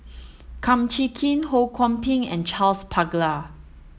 Kum Chee Kin Ho Kwon Ping and Charles Paglar